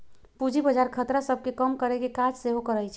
पूजी बजार खतरा सभ के कम करेकेँ काज सेहो करइ छइ